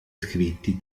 scritti